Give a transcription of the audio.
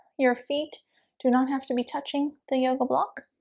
your feet do not have to be touching the yoga block